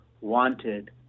wanted